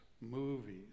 movies